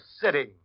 sitting